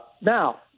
Now